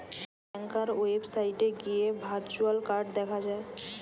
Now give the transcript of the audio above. ব্যাংকার ওয়েবসাইটে গিয়ে virtual card দেখা যায়